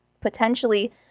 potentially